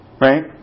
Right